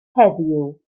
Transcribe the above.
heddiw